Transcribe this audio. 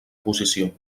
posició